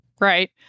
Right